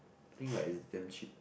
I think like is damn cheap